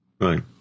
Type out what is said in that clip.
Right